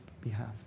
behalf